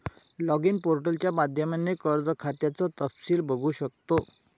login पोर्टलच्या माध्यमाने कर्ज खात्याचं तपशील बघू शकतो